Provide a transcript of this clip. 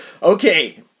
Okay